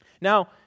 Now